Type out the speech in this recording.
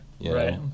Right